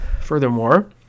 furthermore